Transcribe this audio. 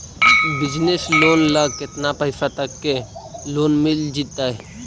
Business loan ल केतना पैसा तक के लोन मिल जितै?